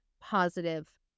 positive